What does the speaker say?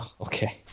Okay